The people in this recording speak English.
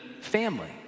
family